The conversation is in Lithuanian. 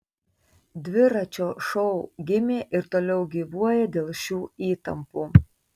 dviračio šou gimė ir toliau gyvuoja dėl šių įtampų